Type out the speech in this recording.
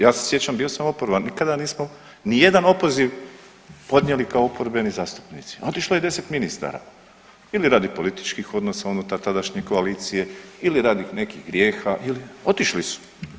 Ja se sjećam bio sam oporba nikada nismo nijedan opoziv podnijeli kao oporbeni zastupnici, a otišlo je 10 ministara ili radi političkih odnosa unutar tadašnje koalicije ili radi nekih grijeha, otišli su.